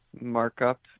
markup